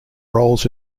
roles